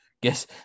guess